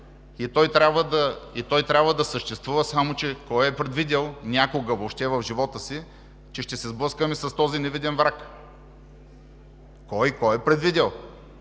и той трябва да съществува, само че кой е предвидил някога въобще в живота си, че ще се сблъскаме с този невидим враг? Кой е предвидил?